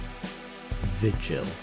Vigil